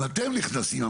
אם אתם נכנסים,